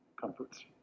comforts